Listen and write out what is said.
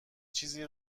چیزی